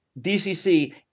DCC